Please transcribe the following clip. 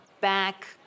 back